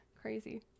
crazy